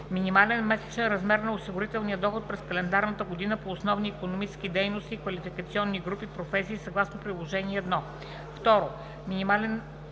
минимален месечен размер на осигурителния доход през календарната година по основни икономически дейности и квалификационни групи професии съгласно приложение №